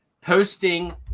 posting